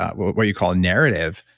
ah but what what you call, narrative.